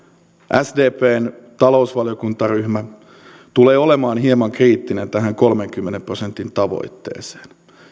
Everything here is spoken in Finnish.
sdpn talousvaliokuntaryhmä tulee olemaan hieman kriittinen tähän kolmenkymmenen prosentin tavoitteeseen